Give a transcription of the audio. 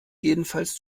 jedenfalls